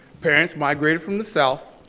parents migrated from the south.